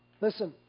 Listen